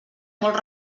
molts